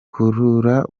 kurura